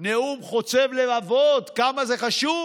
נאום חוצב להבות כמה זה חשוב,